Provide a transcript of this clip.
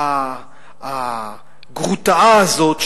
הגרוטאה הזאת,